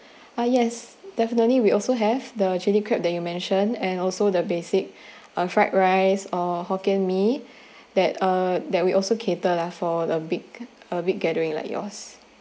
ah yes definitely we also have the chili crab that you mentioned and also the basic uh fried rice um hokkien mee that uh that we also cater lah for the big a big gathering like yours